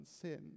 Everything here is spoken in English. sin